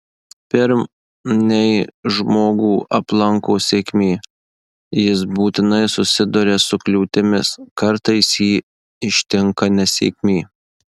pirm nei žmogų aplanko sėkmė jis būtinai susiduria su kliūtimis kartais jį ištinka nesėkmė